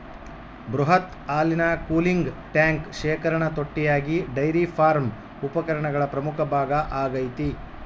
ಬೃಹತ್ ಹಾಲಿನ cooling tank ಶೇಖರಣಾ ತೊಟ್ಟಿಯಾಗಿ ಡೈರಿ ಫಾರ್ಮ್ ಉಪಕರಣಗಳ ಪ್ರಮುಖ ಭಾಗ ಆಗೈತೆ